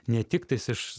ne tiktais iš